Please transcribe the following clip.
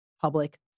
public